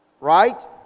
Right